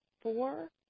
four